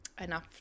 enough